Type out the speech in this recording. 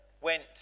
went